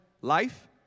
Life